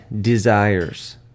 desires